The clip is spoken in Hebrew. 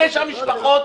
תשע משפחות,